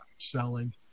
selling